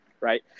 right